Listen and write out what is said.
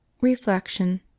Reflection